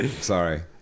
sorry